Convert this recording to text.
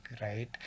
right